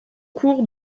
cours